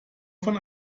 von